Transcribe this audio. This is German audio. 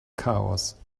chaos